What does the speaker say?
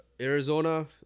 Arizona